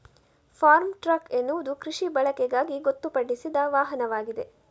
form truck ಎನ್ನುವುದು ಕೃಷಿ ಬಳಕೆಗಾಗಿ ಗೊತ್ತುಪಡಿಸಿದ ವಾಹನವಾಗಿದೆ